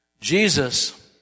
Jesus